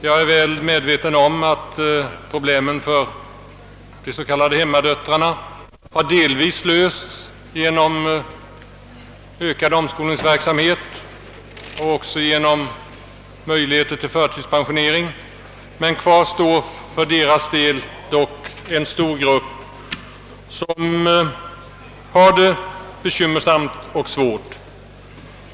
Jag är väl medveten om att problemet för de s.k. hemmadöttrarna har delvis lösts genom ökad omskolningsverksamhet och genom möjligheter till förtidspensionering. Men kvar står en stor grupp som har det bekymmersamt och svårt.